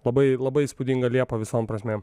labai labai įspūdinga liepa visom prasmėm